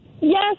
Yes